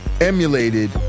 emulated